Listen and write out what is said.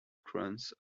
growth